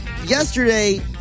Yesterday